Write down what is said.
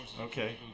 Okay